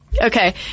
Okay